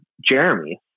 jeremy